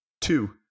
Two